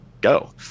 go